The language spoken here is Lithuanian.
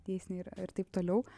dėsniai ir taip toliau